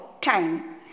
time